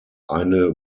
eine